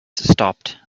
stopped